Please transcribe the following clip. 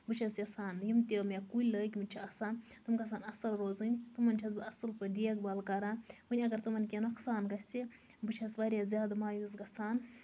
بہٕ چھَس یَژھان یِم تہِ مےٚ کُلۍ لٲگمٕتۍ چھِ آسان تِم گژھن اَصٕل روزٕنۍ تِمَن چھَس بہٕ اَصٕل پٲٹھۍ دیکھ بال کران وۄنۍ اَگر تِمن کیٚنٛہہ نۄقصان گژھِ بہٕ چھَس واریاہ زیادٕ مایوٗس گژھان